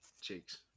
Cheeks